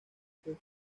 fue